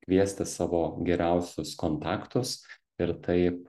kviesti savo geriausius kontaktus ir taip